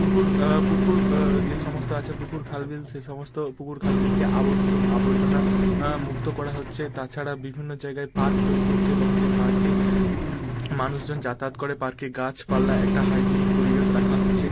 পুকুর পুকুর যে সমস্ত আছে পুকুর খাল বিল সে সমস্ত পুকুর খাল বিলকে আবর্ত আবর্জনা মুক্ত করা হচ্ছে তাছাড়া বিভিন্ন জায়গায় পার্ক তৈরি হচ্ছে এবং সেই পার্কে মানুষজন যাতায়াত করে পার্কে গাছপালা একটা হাইজিনিক পরিবেশ রাখা হচ্ছে